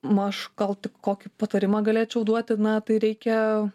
maž gal tik kokį patarimą galėčiau duoti na tai reikia